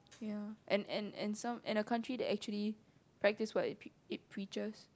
ya and and and some and a country that actually practice what it pre~ preaches